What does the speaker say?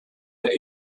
der